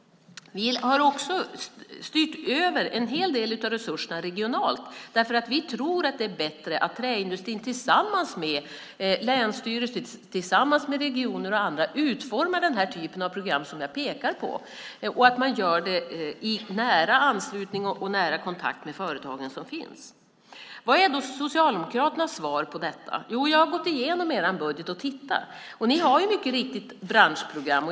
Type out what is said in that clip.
Vi har även styrt över en hel del av resurserna regionalt därför att vi tror att det är bättre att träindustrin tillsammans med länsstyrelser, regioner och andra utformar denna typ av program som jag pekar på och att man gör det i nära anslutning och kontakt med de företag som finns. Vad är då Socialdemokraternas svar på detta? Jag har gått igenom er budget, och ni har mycket riktigt branschprogram.